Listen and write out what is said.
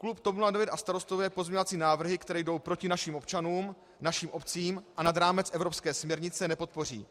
Klub TOP 09 a Starostové pozměňovací návrhy, které jdou proti našim občanům, našim obcím a nad rámec evropské směrnice, nepodpoří.